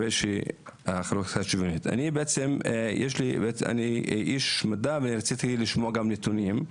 אני איש מדע ורציתי לשמוע נתונים.